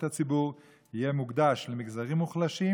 הציבור יהיה מוקדש למגזרים מוחלשים,